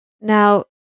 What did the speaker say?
Now